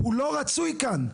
הוא לא רצוי כאן.